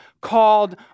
called